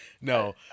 No